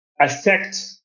affect